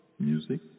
music